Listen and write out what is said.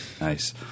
Nice